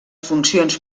funcions